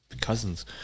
cousins